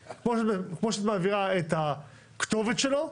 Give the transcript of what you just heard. כפי שאת מעבירה פרטים על הכתובת שלו,